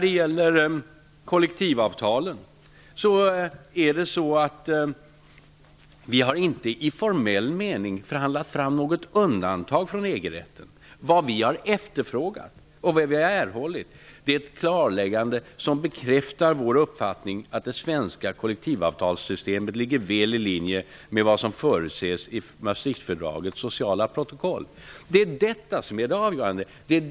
ad gäller kollektivavtalen har vi inte i formell mening förhandlat fram något undantag från EG-rätten. Det vi efterfrågat och erhållit är ett klarläggande som bekräftar vår uppfattning att det svenska kollektivavtalssystemet ligger väl i linje med vad som förutses i Maastrichtfördragets sociala protokoll. Detta är det avgörande.